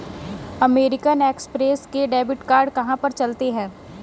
American Express के debit card कहाँ पर चलते हैं?